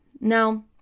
Now